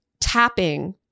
tapping